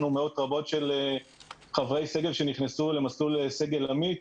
מאות רבות של חברי סגל שנכנסו למסלול סגל עמית.